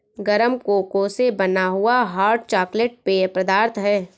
गरम कोको से बना हुआ हॉट चॉकलेट पेय पदार्थ है